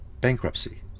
bankruptcy